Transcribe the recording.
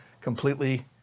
completely